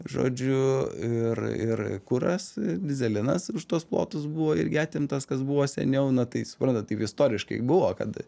žodžiu ir ir kuras dyzelinas už tuos plotus buvo irgi atimtas kas buvo seniau na tai suprantat taip istoriškai buvo kad